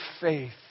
faith